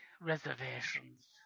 reservations